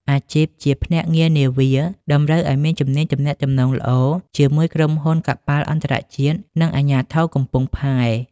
អាជីពជាអ្នកភ្នាក់ងារនាវា តម្រូវឱ្យមានជំនាញទំនាក់ទំនងល្អជាមួយក្រុមហ៊ុនកប៉ាល់អន្តរជាតិ និងអាជ្ញាធរកំពង់ផែ។